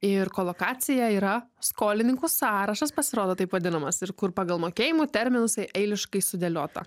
ir kolokacija yra skolininkų sąrašas pasirodo taip vadinamas ir kur pagal mokėjimų terminus eiliškai sudėliota